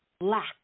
lack